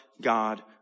God